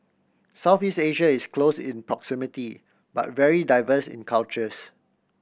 Southeast Asia is close in proximity but very diverse in cultures